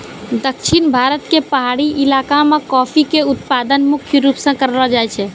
दक्षिण भारत के पहाड़ी इलाका मॅ कॉफी के उत्पादन मुख्य रूप स करलो जाय छै